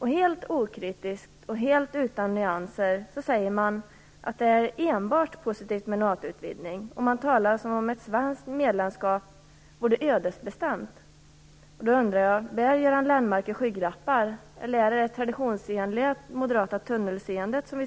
Helt okritiskt och helt utan nyanser säger man att det enbart är positivt med en NATO utvidgning. Man talar som om ett svenskt medlemskap vore ödesbestämt. Då undrar jag: Bär Göran Lennmarker skygglappar, eller ser vi exempel på det traditionsenliga moderata tunnelseendet?